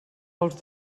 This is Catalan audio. pels